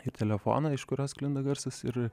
ir telefoną iš kurio sklinda garsas ir